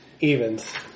Evens